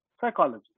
psychology